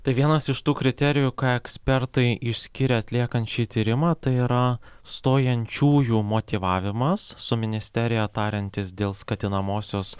tai vienas iš tų kriterijų ką ekspertai išskiria atliekant šį tyrimą tai yra stojančiųjų motyvavimas su ministerija tariantis dėl skatinamosios